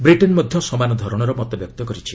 Britain ମଧ୍ୟ ସମାନ ଧରଣର ମତବ୍ୟକ୍ତ କରିଛି